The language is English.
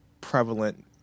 prevalent